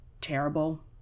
terrible